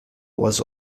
was